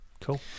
cool